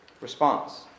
Response